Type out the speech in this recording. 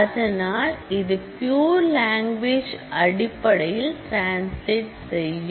அதனால் இது pure language அடிப்படையில் டிரான்ஸ்லேட் செய்யும்